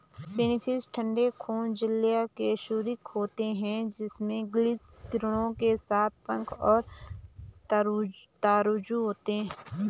finfish ठंडे खून जलीय कशेरुकी होते हैं जिनमें गिल्स किरणों के साथ पंख और तराजू होते हैं